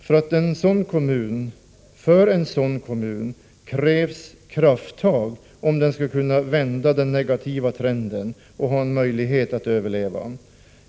För en sådan kommun krävs krafttag, om man där skall kunna vända den negativa trenden och ha en möjlighet att överleva.